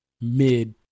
mid